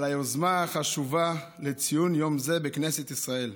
על היוזמה החשובה לציון יום זה בכנסת ישראל.